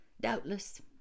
doubtless